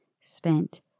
spent